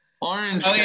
Orange